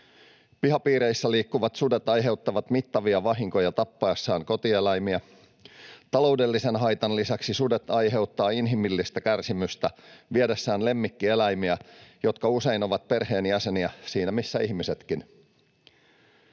Pihapiireissä liikkuvat sudet aiheuttavat mittavia vahinkoja tappaessaan kotieläimiä. Taloudellisen haitan lisäksi sudet aiheuttavat inhimillistä kärsimystä viedessään lemmikkieläimiä, jotka usein ovat perheenjäseniä siinä missä ihmisetkin.